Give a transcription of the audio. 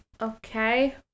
Okay